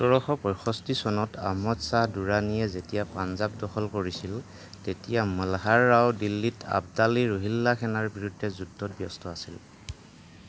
সোতৰশ পয়ষষ্ঠি চনত আহমদ শ্বাহ দুৰাণীয়ে যেতিয়া পঞ্জাৱ দখল কৰিছিল তেতিয়া মলহাৰ ৰাও দিল্লীত আব্দালি ৰোহিল্লা সেনাৰ বিৰুদ্ধে যুদ্ধত ব্যস্ত আছিল